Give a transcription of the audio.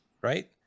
right